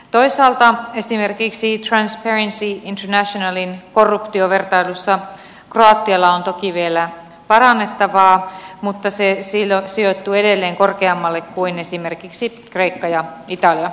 toisaalta esimerkiksi transparency internationalin korruptiovertailussa kroatialla on toki vielä parannettavaa mutta se sijoittuu edelleen korkeammalle kuin esimerkiksi kreikka ja italia